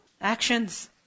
actions